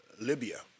Libya